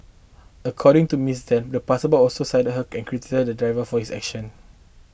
according to Miss Deng the passerby also side her and criticized the driver for his action